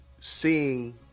seeing